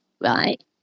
right